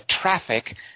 traffic